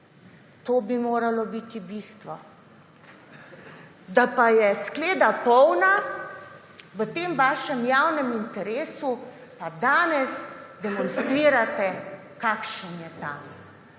To bi moralo biti bistvo. Da pa je skleda polna v tem vašem javnem interesu, pa danes demonstrirate, kakšen je ta.